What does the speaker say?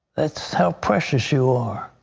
that's how precious you are.